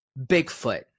Bigfoot